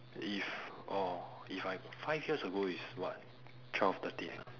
if orh if I got five years ago is what twelve thirteen ah